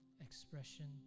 expression